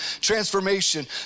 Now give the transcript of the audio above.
transformation